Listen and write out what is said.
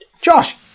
Josh